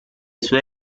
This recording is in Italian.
sue